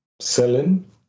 selling